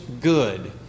good